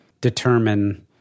determine